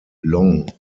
long